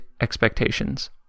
Expectations